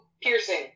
piercing